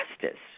justice